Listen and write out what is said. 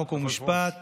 חוק ומשפט